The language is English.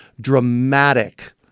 dramatic